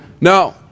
No